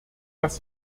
dass